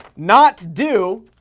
not do.